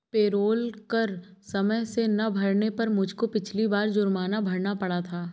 payroll कर समय से ना भरने पर मुझको पिछली बार जुर्माना भरना पड़ा था